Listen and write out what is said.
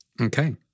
Okay